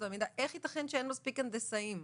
המידע - איך ייתכן שאין מספיק הנדסאים?